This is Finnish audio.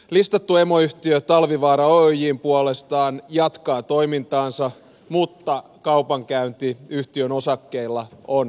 listattu emoyhtiö talvivaara oyj puolestaan jatkaa toimintaansa mutta kaupankäynti yhtiön osakkeilla on keskeytetty